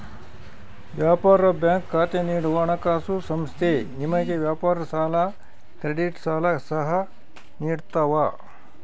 ವ್ಯಾಪಾರ ಬ್ಯಾಂಕ್ ಖಾತೆ ನೀಡುವ ಹಣಕಾಸುಸಂಸ್ಥೆ ನಿಮಗೆ ವ್ಯಾಪಾರ ಸಾಲ ಕ್ರೆಡಿಟ್ ಸಾಲ ಕಾರ್ಡ್ ಸಹ ನಿಡ್ತವ